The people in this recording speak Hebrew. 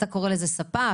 אתה קורא לזה "ספק",